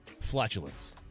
Flatulence